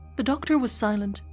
the doctor was silent,